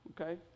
Okay